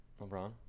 LeBron